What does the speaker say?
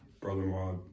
brother-in-law